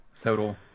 total